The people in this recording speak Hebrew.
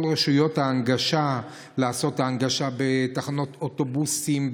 כל רשויות ההנגשה: לעשות הנגשה בתחנות אוטובוסים,